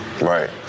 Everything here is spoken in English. Right